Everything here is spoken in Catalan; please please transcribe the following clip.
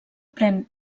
pren